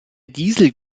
diesel